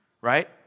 right